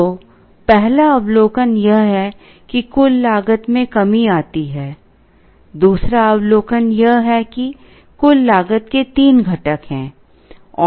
तो पहला अवलोकन यह है कि कुल लागत में कमी आती है दूसरा अवलोकन यह है कि कुल लागत के तीन घटक हैं